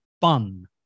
fun